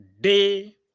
day